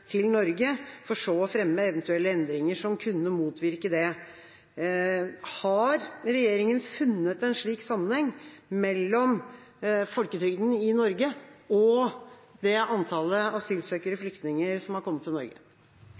til Norge, for så å fremme eventuelle endringer som kunne motvirke det. Har regjeringa funnet en slik sammenheng mellom folketrygden i Norge og det antallet asylsøkere/flyktninger som har kommet til Norge?